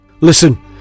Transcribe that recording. Listen